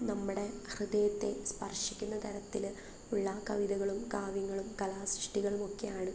നമ്മുടെ ഹൃദയത്തെ സ്പർശിക്കുന്ന തരത്തിലുള്ള കവിതകളും കാവ്യങ്ങളും കലാ സൃഷ്ടികളും ഒക്കെയാണ്